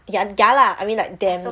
ya ya lah I mean like them